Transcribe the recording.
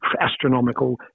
astronomical